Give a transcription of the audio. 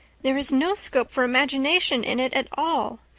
there is no scope for imagination in it at all.